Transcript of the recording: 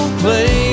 play